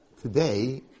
today